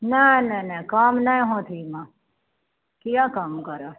नहि नहि नहि कम नहि होत एहिमे किए कम करब